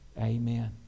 Amen